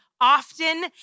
often